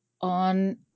on